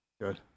Good